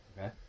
okay